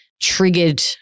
triggered